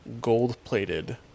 gold-plated